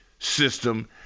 system